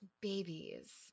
Babies